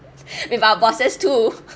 with our bosses too